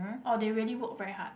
or they really work very hard